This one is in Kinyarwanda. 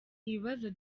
ibibazo